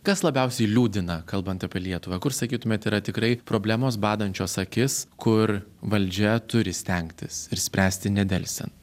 kas labiausiai liūdina kalbant apie lietuvą kur sakytumėt yra tikrai problemos badančios akis kur valdžia turi stengtis ir spręsti nedelsiant